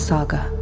Saga